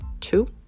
two